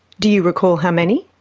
do you recall how many?